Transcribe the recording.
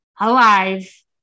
alive